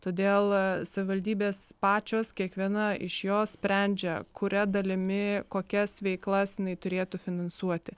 todėl savivaldybės pačios kiekviena iš jos sprendžia kuria dalimi kokias veiklas jinai turėtų finansuoti